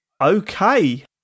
Okay